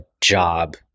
job